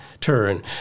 turn